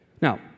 Now